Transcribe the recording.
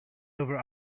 over